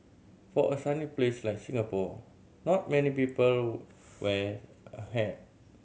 for a sunny place like Singapore not many people wear a hat